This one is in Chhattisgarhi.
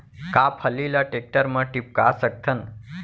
का फल्ली ल टेकटर म टिपका सकथन?